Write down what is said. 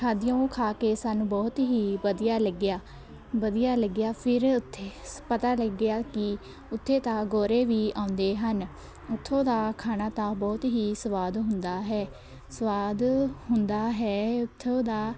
ਖਾਧੀਆਂ ਉਹ ਖਾ ਕੇ ਸਾਨੂੰ ਬਹੁਤ ਹੀ ਵਧੀਆ ਲੱਗਿਆ ਵਧੀਆ ਲੱਗਿਆ ਫਿਰ ਉੱਥੇ ਸ ਪਤਾ ਲੱਗਿਆ ਕਿ ਉੱਥੇ ਤਾਂ ਗੋਰੇ ਵੀ ਆਉਂਦੇ ਹਨ ਉੱਥੋਂ ਦਾ ਖਾਣਾ ਤਾਂ ਬਹੁਤ ਹੀ ਸਵਾਦ ਹੁੰਦਾ ਹੈ ਸਵਾਦ ਹੁੰਦਾ ਹੈ ਉੱਥੋਂ ਦਾ